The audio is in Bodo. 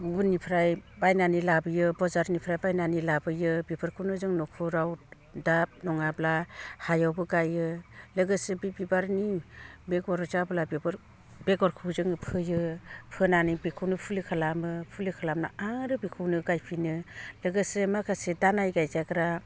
गुबुननिफ्राय बायनानै लाबोयो बाजारनिफ्राइ बायनानै लाबोयो बेफोरखौनो जों न'खराव दाब नङाब्ला हायावबो गायो लोगोसे बे बिबारनि बेगर जाब्ला बेफोर बेगरखौ जोङो फोयो फोनानै बेखौनो फुलि खालामो फुलि खालामनानै आरो बेखौनो गायफिनो लोगोसे माखासे दालाय गायजाग्रा